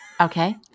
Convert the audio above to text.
Okay